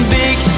big